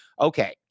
Okay